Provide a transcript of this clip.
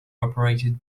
operated